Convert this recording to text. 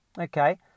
Okay